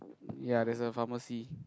ya there's a pharmacy